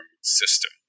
system